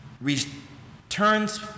returns